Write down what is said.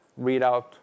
readout